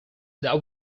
that